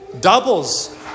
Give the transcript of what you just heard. doubles